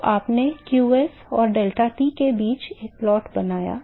तो आपने qs और deltaT के बीच एक प्लॉट बनाया